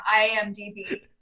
IMDb